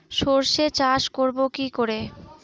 সর্ষে চাষ করব কি করে?